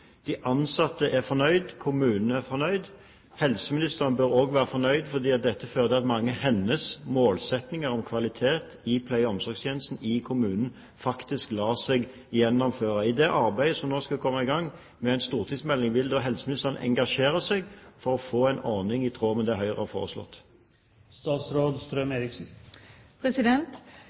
De ansatte er fornøyde, kommunen er fornøyd. Helseministeren bør òg være fornøyd, fordi dette fører til at mange av hennes målsetninger om kvalitet i pleie- og omsorgstjenestene i kommunene faktisk lar seg gjennomføre. I det arbeidet som nå skal komme i gang med en stortingsmelding – vil da helseministeren engasjere seg, og få en ordning i tråd med det Høyre har foreslått?